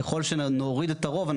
ככל שנוריד את הרוב,